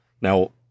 now